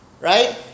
Right